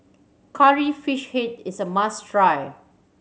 Curry Fish Head is a must try